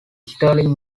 sterling